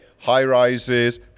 high-rises